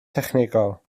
technegol